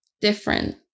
different